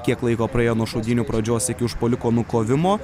kiek laiko praėjo nuo šaudynių pradžios iki užpuoliko nukovimo